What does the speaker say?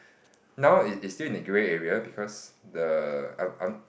now it's it's still in the grey area because the I'm I'm